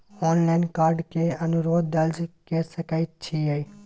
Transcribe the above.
Online card के अनुरोध दर्ज के सकै छियै?